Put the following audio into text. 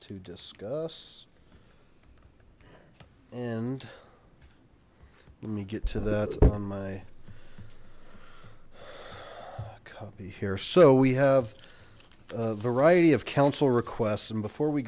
to discuss and let me get to that on my copy here so we have a variety of council requests and before we